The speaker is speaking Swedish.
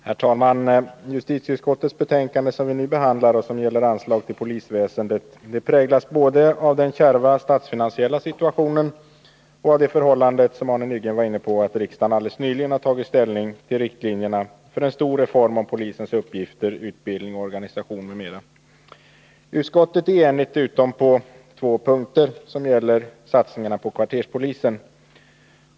Herr talman! Det justitieutskottsbetänkande som vi nu behandlar och som gäller anslag till polisväsendet präglas både av den kärva statsfinansiella situationen och av det förhållandet, som Arne Nygren var inne på, att riksdagen helt nyligen tagit ställning till riktlinjerna för en stor reform om polisens uppgifter, utbildning, organisation m.m. Utskottet är enigt utom på två punkter, som gäller satsningarna på kvarterspolisen.